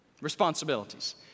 Responsibilities